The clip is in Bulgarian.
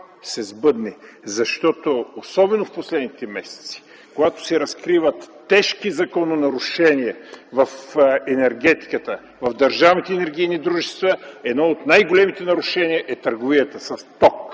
се сбъдне, защото особено в последните месеци, когато се разкриват тежки закононарушения в енергетиката, в държавните енергийни дружества, едно от най-големите нарушения е търговията с ток!